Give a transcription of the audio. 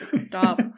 Stop